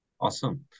Awesome